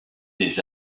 des